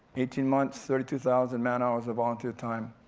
eighteen months, thirty two thousand man hours of volunteer time.